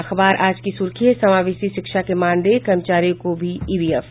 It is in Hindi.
अखबार आज की सुर्खी है समावेशी शिक्षा के मानदेय कर्मचारियों को भी ईपीएफ